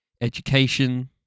education